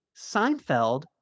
Seinfeld